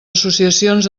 associacions